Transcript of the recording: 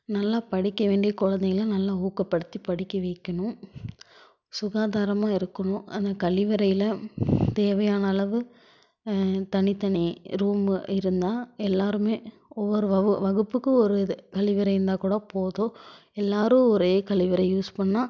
நல்லா படிக்க வேண்டிய குழந்தைங்கள நல்லா ஊக்கப்படுத்தி படிக்க வைக்கணும் சுகாதாரமாக இருக்கணும் அந்த கழிவறையில் தேவையான அளவு தனி தனி ரூம்மு இருந்தால் எல்லாேருமே ஒவ்வொரு வகு வகுப்புக்கும் ஒரு இது கழிவறை இருந்தால் கூட போதும் எல்லாேரும் ஒரே கழிவறை யூஸ் பண்ணிணா